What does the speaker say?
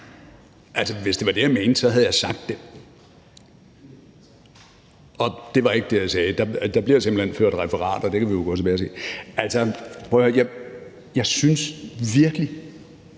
hvis det var det, jeg mente, havde jeg sagt det. Det var ikke det, jeg sagde, og der bliver simpelt hen ført referat, og det kan vi jo gå tilbage og se. Prøv